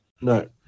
No